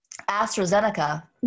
astrazeneca